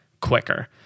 quicker